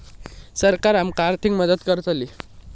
सरकार आमका आर्थिक मदत करतली?